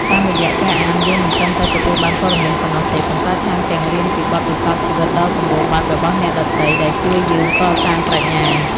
តាមរយៈការអាន យើងមិនត្រឹមតែទទួលបានព័ត៌មានប៉ុណ្ណោះទេ ប៉ុន្តែថែមទាំងរៀនពីបទពិសោធន៍ជីវិតដ៏សម្បូរបែបរបស់អ្នកដទៃ ដែលជួយយើងកសាងប្រាជ្ញា។